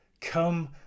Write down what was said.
come